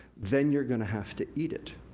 then you're gonna have to eat it.